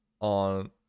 on